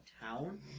town